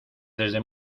desde